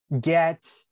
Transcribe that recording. get